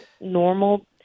normal